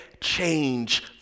change